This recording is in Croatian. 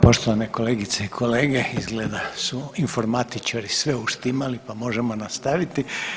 poštovane kolegice i kolege, izgleda da su informatičari sve uštimali, pa možemo nastaviti.